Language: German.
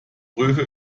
prüfe